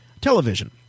television